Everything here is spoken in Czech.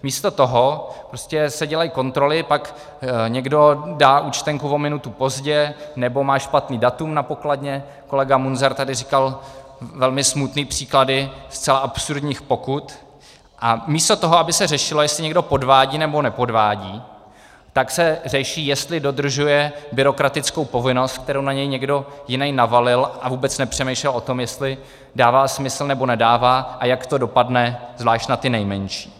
Místo toho se dělají kontroly, pak někdo dá účtenku o minutu pozdě, nebo má špatné datum na pokladně, kolega Munzar tady říkal velmi smutné příklady zcela absurdních pokut, a místo toho, aby se řešilo, jestli někdo podvádí, nebo nepodvádí, tak se řeší, jestli dodržuje byrokratickou povinnost, kterou na něj někdo jiný navalil, a vůbec nepřemýšlel o tom, jestli to dává smysl, nebo nedává a jak to dopadne zvlášť na ty nejmenší.